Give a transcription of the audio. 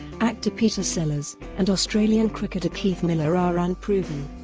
actor peter sellers, and australian cricketer keith miller are unproven.